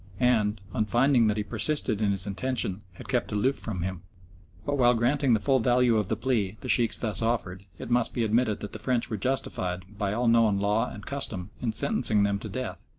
and, on finding that he persisted in his intention, had kept aloof from him but while granting the full value of the plea the sheikhs thus offered, it must be admitted that the french were justified, by all known law and custom, in sentencing them to death,